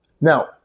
Now